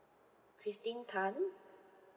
christine tan